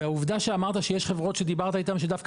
ועובדה שאמרת שיש חברות שדיברת איתם שדווקא